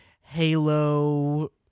Halo